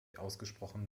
ausgesprochen